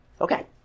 Okay